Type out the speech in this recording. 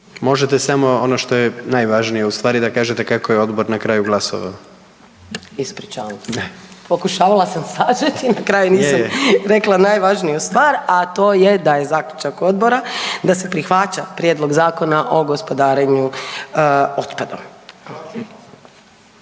Možete samo ono što je najvažnije, u stvari da kažete kako je odbor na kraju glasovao. **Benčić, Sandra (Možemo!)** Ispričavam se. Pokušavala sam sažeti i na kraju nisam rekla najvažniju stvar, a to je da je zaključak odbora da se prihvaća prijedlog Zakona o gospodarenju otpadom.